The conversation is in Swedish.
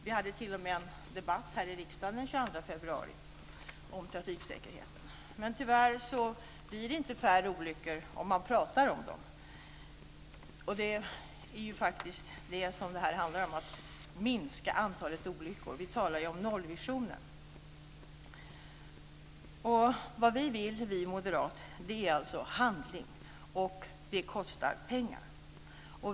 Vi hade t.o.m. en debatt här i riksdagen den 22 februari om trafiksäkerheten. Men tyvärr sker det inte färre olyckor om man bara pratar. Det är faktiskt det som det handlar om, dvs. att minska antalet olyckor. Vi talar ju om nollvisionen. Vad vi moderater vill ha är handling. Det kostar pengar.